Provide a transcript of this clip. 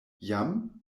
jam